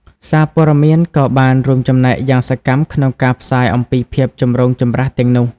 សារព័ត៌មានក៏បានរួមចំណែកយ៉ាងសកម្មក្នុងការផ្សាយអំពីភាពចម្រូងចម្រាសទាំងនោះ។